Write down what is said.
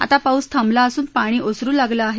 आता पाऊस थांबला असून पाणी ओसरु लागलं आहे